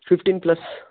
fifteen plus